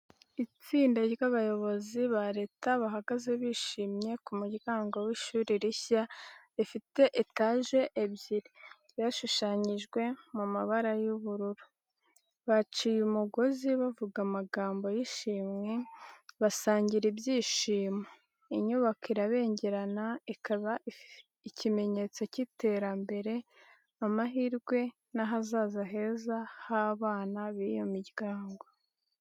Itsinda ry’abayobozi ba leta bahagaze bishimye ku muryango w’ishuri rishya rifite etaje ebyiri, ryashushanyijwe mu mabara y’ubururu. Baciye umugozi, bavuga amagambo y’ishimwe, basangira ibyishimo. Inyubako irabengerana, ikaba ikimenyetso cy’iterambere, amahirwe n’ahazaza heza h’abana b’iyo miryango.